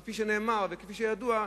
וכפי שנאמר וכפי שידוע,